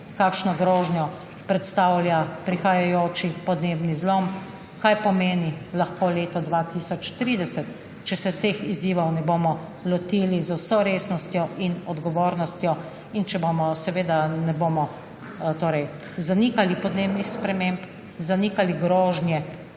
kakšno grožnjo predstavlja prihajajoči podnebni zlom, kaj lahko pomeni leto 2030, če se teh izzivov ne bomo lotili z vso resnostjo in odgovornostjo in če bomo zanikali podnebne spremembe, zanikali grožnje